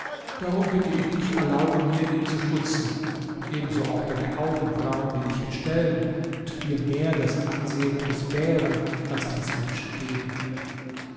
darum bitte ich dich erlaube mir ihn zu stutzen und ebenso auch deine augenbrauen die dich entstellen und dir mehr das ansehen eines bären als eines menschen geben